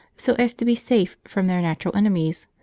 so as to be safe from their natural enemies,